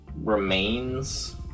remains